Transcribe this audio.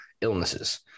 illnesses